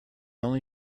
only